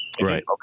Right